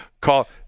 Call